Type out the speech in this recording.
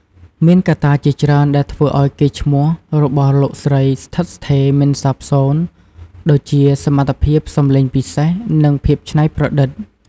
មានកត្តាជាច្រើនដែលធ្វើឱ្យកេរ្តិ៍ឈ្មោះរបស់លោកស្រីស្ថិតស្ថេរមិនសាបសូន្យ ដូចជា សមត្ថភាពសម្លេងពិសេស និងភាពច្នៃប្រឌិត។